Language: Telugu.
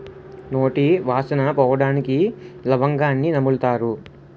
నోటి వాసన పోవడానికి లవంగాన్ని నములుతారు